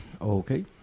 Okay